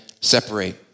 separate